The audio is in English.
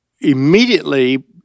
immediately